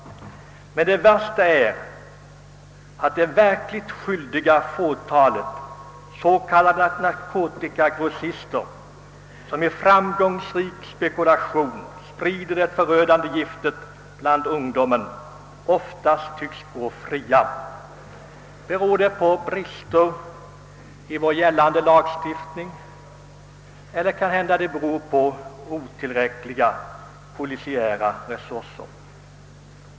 Men det värsta är, att de verkligt skyldiga, fåtalet s.k. narkotikagrossister, som i framgångsrik spekulation sprider det förödande giftet bland ungdomen, oftast tycks gå fria. Beror det på brister i vår gällande lagstiftning eller beror det på otillräckliga polisiära resurser?